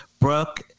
Brooke